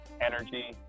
energy